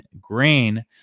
grain